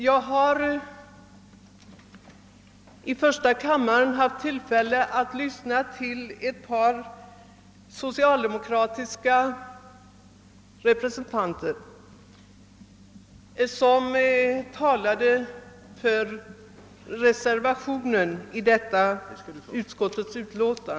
Jag har i första kammaren haft tillfälle att lyssna till ett par socialdemokrater som talade för reservationen.